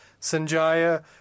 Sanjaya